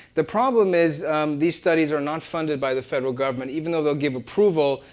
the problem is these studies are not funded by the federal government. even though they'll give approval,